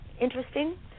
interesting